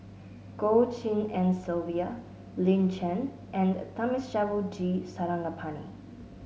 Goh Tshin En Sylvia Lin Chen and Thamizhavel G Sarangapani